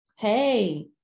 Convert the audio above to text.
Hey